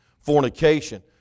Fornication